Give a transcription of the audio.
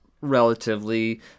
relatively